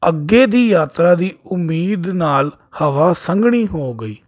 ਅੱਗੇ ਦੀ ਯਾਤਰਾ ਦੀ ਉਮੀਦ ਨਾਲ ਹਵਾ ਸੰਘਣੀ ਹੋ ਗਈ